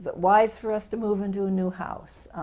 but wise for us to move into a new house?